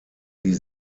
die